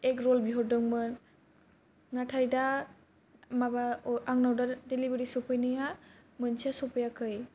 एग रल बिहरदोंमोन नाथाय दा माबा अर्दार डिलिभारि सौफैनाया मोनसे सौफैयाखै